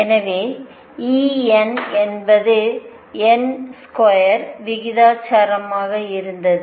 எனவே E n என்பது n ஸ்குயருக்கு விகிதாசாரமாக இருந்தது